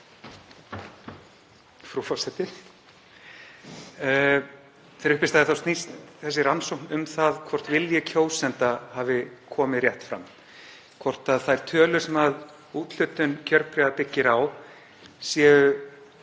Þegar upp er staðið snýst þessi rannsókn um það hvort vilji kjósenda hafi komið rétt fram, hvort þær tölur sem úthlutun kjörbréfa byggir á séu